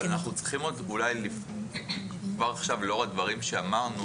לאור הדברים שאמרנו,